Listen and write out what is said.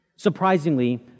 Surprisingly